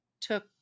took